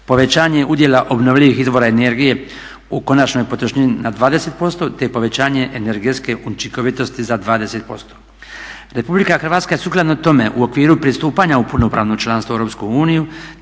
povećanje udjela obnovljivih izvora energije u konačnoj potrošnji na 20% te povećanje energetske učinkovitosti za 20%. Republika Hrvatska sukladno tome u okviru pristupanja u punopravno članstvo